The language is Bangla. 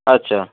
আচ্ছা